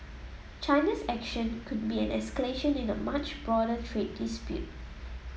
China's action could be an escalation in a much broader trade dispute